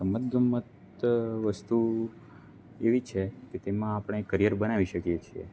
રમતગમત વસ્તુ એવી છે કે તેમાં આપણે કરિયર બનાવી શકીએ છીએ